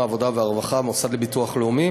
העבודה והרווחה ועם המוסד לביטוח לאומי